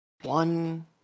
one